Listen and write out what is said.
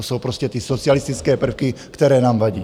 To jsou prostě ty socialistické prvky, které nám vadí.